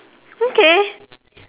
okay